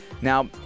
Now